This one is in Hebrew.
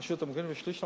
הרשות המקומית.